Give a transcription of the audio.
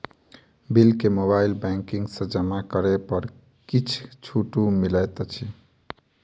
Bill केँ mobile banking सँ जमा करै पर किछ छुटो मिलैत अछि की?